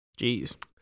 Jeez